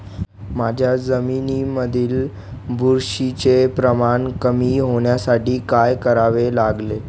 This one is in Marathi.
माझ्या जमिनीमधील बुरशीचे प्रमाण कमी होण्यासाठी काय करावे लागेल?